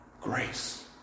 Grace